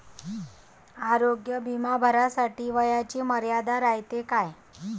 आरोग्य बिमा भरासाठी वयाची मर्यादा रायते काय?